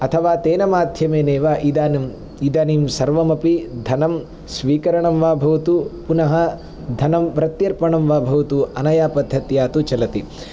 अथवा तेन माध्यमेनैव इदानीम् इदानीं सर्वमपि धनं स्वीकरणं वा भवतु पुनः धनं प्रत्यर्पणं वा भवतु अनया पद्धत्या तु चलति